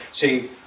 See